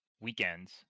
weekends